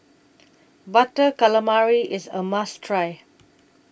Butter Calamari IS A must Try